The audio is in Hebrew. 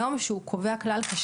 שזה מה שנאמר כאן,